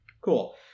Cool